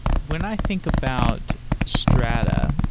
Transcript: when i think about strata,